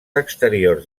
exteriors